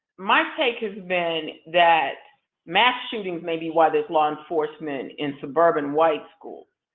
my take has been that mass shootings may be why there's law enforcement in suburban white school.